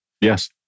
Yes